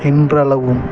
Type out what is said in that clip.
இன்றளவும்